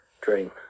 dream